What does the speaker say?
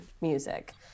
music